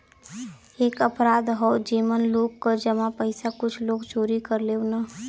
एक अपराध हौ जेमन लोग क जमा पइसा कुछ लोग चोरी कर लेवलन